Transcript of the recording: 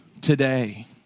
today